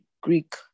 Greek